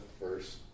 first